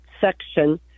section